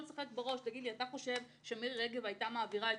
אתה חושב שמירי רגב היתה מעבירה את